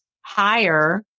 higher